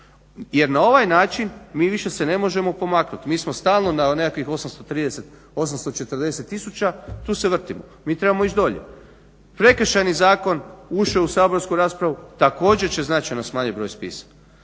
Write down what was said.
jer na ovaj način mi više se ne možemo pomaknut. Mi smo stalno na nekakvih 830, 840 tisuća, tu se vrtimo, mi trebamo ići dolje. Prekršajni zakon ušao je u saborsku raspravu, također će značajno smanjit broj spisa.